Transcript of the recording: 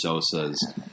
Sosa's